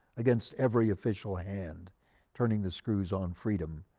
against every official hand turning the screws on freedom.